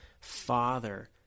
Father